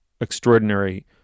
extraordinary